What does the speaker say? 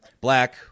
Black